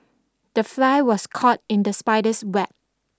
the fly was caught in the spider's web